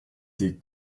ses